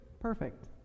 perfect